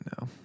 no